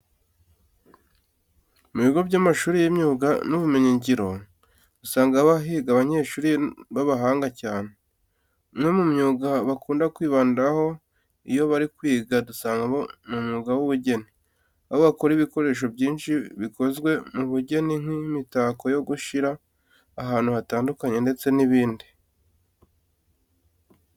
Mu bigo by'amashuri y'imyuga n'ubumenyingiro usanga haba higa abanyeshuri b'abahanga cyane. Imwe mu myuga bakunda kwibandaho iyo bari kwiga dusangamo n'umwuga w'ubugeni, aho bakora ibikoresho byinshi bikozwe mu bugeni nk'imitako yo gushyira ahantu hatandukanye ndetse n'ibindi.